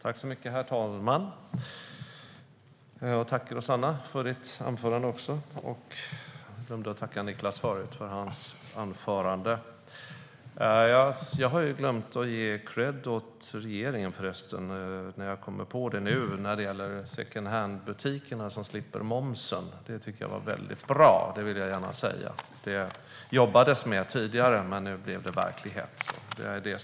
Herr talman! Tack, Rosanna, för ditt anförande! Jag glömde förut att tacka Niclas Malmberg för hans anförande. Jag har förresten glömt att ge kredd åt regeringen. Jag kommer på det nu. Det gäller secondhandbutikerna som slipper momsen. Det tycker jag var väldigt bra. Det vill jag gärna säga. Det jobbades med tidigare, men nu blev det verklighet.